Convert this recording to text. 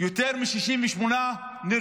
יותר מ-68 נרצחים.